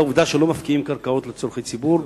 בגלל העובדה שלא מפקיעים קרקעות לצורכי ציבור,